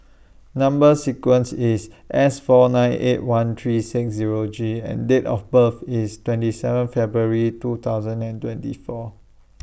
Number sequence IS S four nine eight one three six Zero G and Date of birth IS twenty seven February two thousand and twenty four